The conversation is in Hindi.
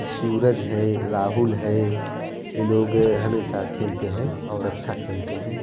सूरज है राहुल है यह लोग हमेशा खेलते हैं और अच्छा खेलते हैं